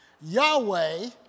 Yahweh